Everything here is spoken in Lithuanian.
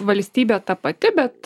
valstybė ta pati bet